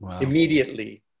immediately